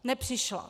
Nepřišla.